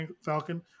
Falcon